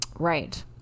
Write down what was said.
Right